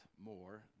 more